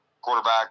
Quarterback